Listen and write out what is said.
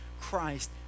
Christ